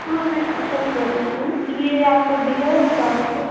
हाँ मैं पैक कर देती हूँ ये आपका बिल है हज़ार रुपये